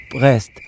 rest